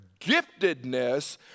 giftedness